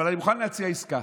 אבל אני מוכן להציע עסקה: